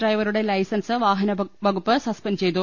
ഡ്രൈവ റുടെ ലൈസൻസ് വാഹനവകുപ്പ് സസ്പെൻഡ് ചെയ്തു